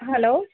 hello